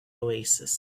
oasis